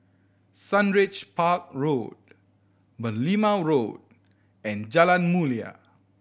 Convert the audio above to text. Sundridge Park Road Merlimau Road and Jalan Mulia